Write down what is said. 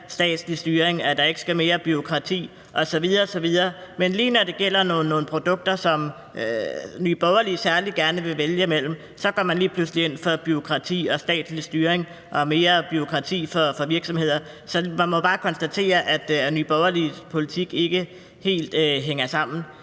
statslig styring til, at der ikke skal mere bureaukrati til osv. Men når det gælder nogle produkter, som Nye Borgerlige særlig gerne vil vælge mellem, så går man lige pludselig ind for bureaukrati og statslig styring og mere bureaukrati for virksomheder. Så vi må jo bare konstatere, at Nye Borgerliges politik ikke helt hænger sammen.